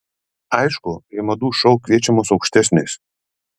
aišku į madų šou kviečiamos aukštesnės